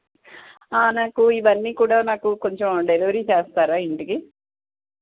నాకు ఇవన్నీ కూడా నాకు కొంచెం డెలివరీ చేస్తారా ఇంటికి